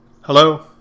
Hello